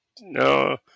no